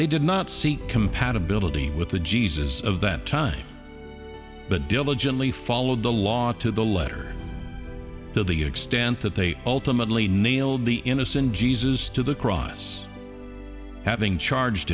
they did not seek compatibility with the jesus of that time but diligently followed the law to the letter to the extent that they ultimately nailed the innocent jesus to the cross having charged